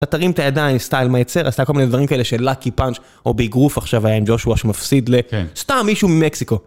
אתה תרים את הידיים, סטייל מייצר, עשתה כל מיני דברים כאלה של לאקי פאנץ', או באיגרוף עכשיו היה עם ג'ושוע שמפסיד לסתם מישהו ממקסיקו.